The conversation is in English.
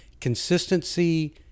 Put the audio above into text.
consistency